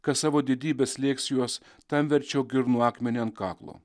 kas savo didybe slėgs juos tam verčiau girnų akmenį ant kaklo